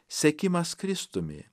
sekimas kristumi